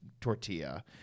Tortilla